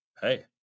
hey